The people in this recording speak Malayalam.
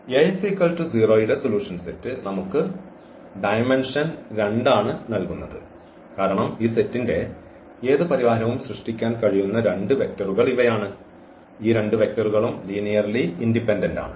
Ax 0 ന്റെ സൊല്യൂഷൻ സെറ്റ് നമുക്ക് ഡൈമൻഷൻ 2 ആണ് നൽകുന്നത് കാരണം ഈ സെറ്റിന്റെ ഏത് പരിഹാരവും സൃഷ്ടിക്കാൻ കഴിയുന്ന രണ്ട് വെക്റ്ററുകൾ ഇവയാണ് ഈ രണ്ട് വെക്റ്ററുകളും ലീനിയർലി ഇൻഡിപെൻഡന്റ് ആണ്